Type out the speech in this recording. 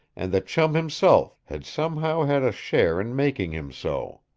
and that chum himself had somehow had a share in making him so.